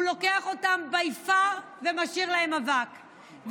הוא לוקח אותם by far ומשאיר להם אבק.